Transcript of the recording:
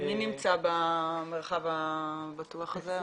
מי נמצא במרחב הזה?